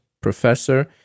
professor